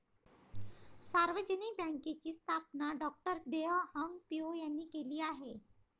सार्वजनिक बँकेची स्थापना डॉ तेह हाँग पिओ यांनी केली आहे